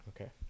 Okay